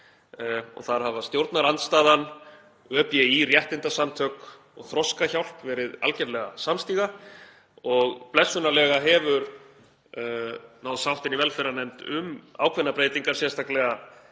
Þar hafa stjórnarandstaðan, ÖBÍ, réttindasamtök og Þroskahjálp, verið algerlega samstiga og blessunarlega hefur náðst sátt í velferðarnefnd um ákveðnar breytingar, sérstaklega